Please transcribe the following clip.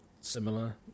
similar